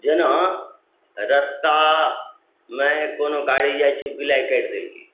जेना रस्तामे कओनो गाड़ी जाइत छै बिलाइ काटि देलकै